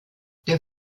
der